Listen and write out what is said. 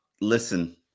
Listen